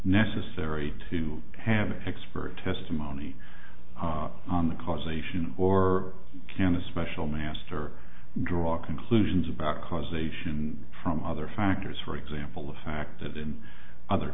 necessary to have an expert testimony on the causation or can a special master draw conclusions about causation from other factors for example a fact that in other